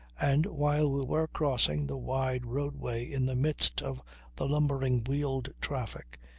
and while we were crossing the wide roadway in the midst of the lumbering wheeled traffic,